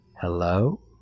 Hello